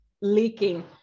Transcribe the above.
leaking